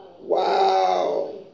Wow